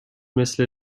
مثل